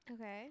Okay